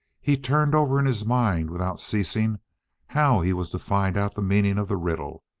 he turned over in his mind without ceasing how he was to find out the meaning of the riddle,